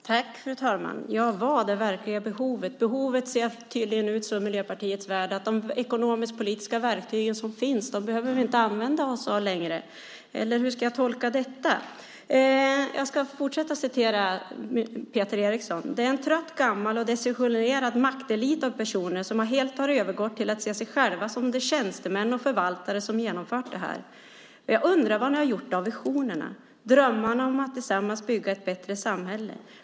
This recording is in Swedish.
Fru talman! Vad är det verkliga behovet? Behovet ser tydligen i Miljöpartiets värld ut så att vi inte behöver använda oss av de ekonomisk-politiska verktyg som finns längre. Eller hur ska jag tolka detta? Jag ska fortsätta att citera Peter Eriksson. "Det är en trött, gammal och desillusionerad maktelit av personer som helt har övergått till att se sig själva som de tjänstemän och förvaltare som genomfört det här. Jag undrar var ni har gjort av visionerna, drömmarna om att tillsammans bygga ett bättre samhälle.